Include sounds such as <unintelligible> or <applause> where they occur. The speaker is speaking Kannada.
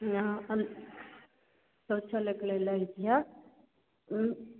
ನಾ <unintelligible> ಶೌಚಾಲಯ್ಗಳೆಲ್ಲ ಇದೆಯಾ